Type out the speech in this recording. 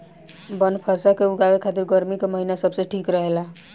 बनफशा के उगावे खातिर गर्मी के महिना सबसे ठीक रहेला